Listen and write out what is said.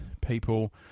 people